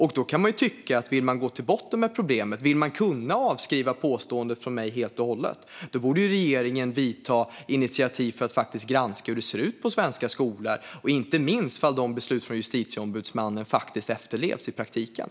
Om man vill gå till botten med problemet och helt och hållet kunna avskriva påståendet från mig borde regeringen ta initiativ till att granska hur det ser ut på svenska skolor och inte minst granska om beslut från Justitieombudsmannen faktiskt efterlevs i praktiken.